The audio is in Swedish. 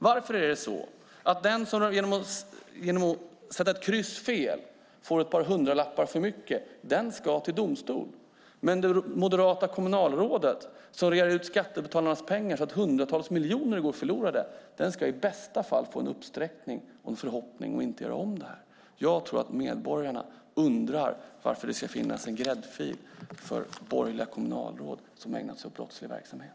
Varför är det så att den som sätter ett kryss fel och får ett par hundralappar för mycket ska gå till domstol, medan moderata kommunalråd som rear ut så att skattebetalarnas pengar i hundratals miljoner går förlorade i bästa fall ska få en uppsträckning och en förhoppning om att inte göra om det? Jag tror att medborgarna undrar varför det ska finnas en gräddfil för borgerliga kommunalråd som ägnar sig åt brottslig verksamhet.